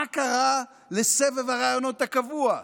מה קרה לסבב הראיונות הקבוע?